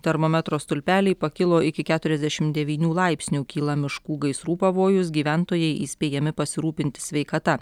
termometro stulpeliai pakilo iki keturiasdešim devynių laipsnių kyla miškų gaisrų pavojus gyventojai įspėjami pasirūpinti sveikata